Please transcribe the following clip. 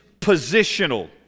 positional